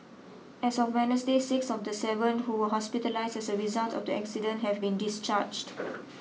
as of Wednesday six of the seven who were hospitalised as a result of the accident have been discharged